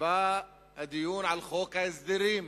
ובא הדיון על חוק ההסדרים,